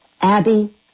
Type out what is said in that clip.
Abby